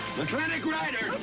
mclintock rider!